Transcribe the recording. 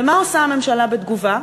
ומה עושה הממשלה בתגובה?